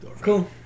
cool